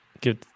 Give